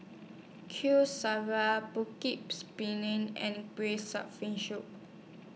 Kuih Syara Putu Piring and Braised Shark Fin Soup